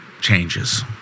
changes